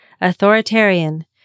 Authoritarian